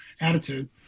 attitude